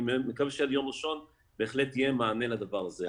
מקווה שעד יום ראשון בהחלט יהיה מענה לדבר הזה.